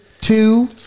two